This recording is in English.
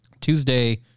Tuesday